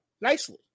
nicely